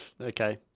Okay